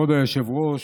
כבוד היושב-ראש,